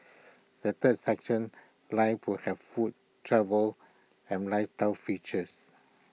the third section life will have food travel and lifestyle features